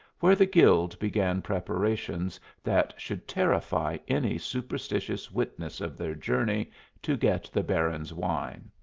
where the guild began preparations that should terrify any superstitious witness of their journey to get the baron's wine.